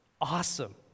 awesome